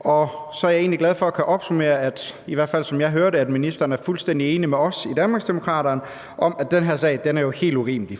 Og så er jeg egentlig glad for at kunne opsummere, at ministeren – i hvert fald som jeg hører det – er fuldstændig enig med os i Danmarksdemokraterne i, at den her sag jo er helt urimelig.